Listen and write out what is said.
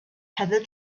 heather